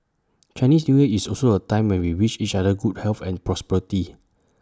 Chinese New Year is also A time when we wish each other good health and prosperity